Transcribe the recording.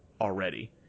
already